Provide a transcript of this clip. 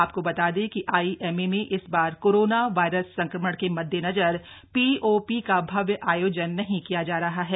आपको बता दें कि आईएमए में इस बार कोरोना वायरस संक्रमण के मददेनजर पीओपी का भव्य आयोजन नहीं किया जा रहा है